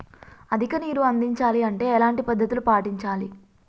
అధిక నీరు అందించాలి అంటే ఎలాంటి పద్ధతులు పాటించాలి?